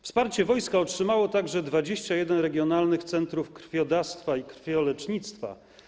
Wsparcie wojska otrzymało także 21 regionalnych centrów krwiodawstwa i krwiolecznictwa.